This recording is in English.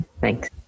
Thanks